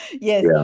yes